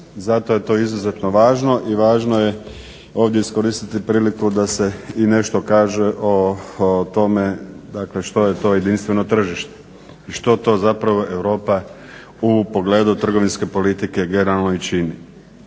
Zato je to izuzetno važno i važno je ovdje iskoristiti priliku da se i nešto kaže o tome što je to jedinstveno tržište i što to zapravo Europa u pogledu trgovinske politike generalno i čini.